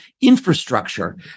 infrastructure